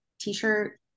t-shirt